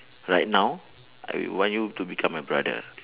right now I want you to become my brother